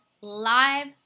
live